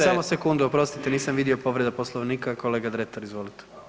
Samo, samo sekundu oprostite nisam vidio povreda Poslovnika, kolega Dretar, izvolite.